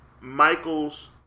Michaels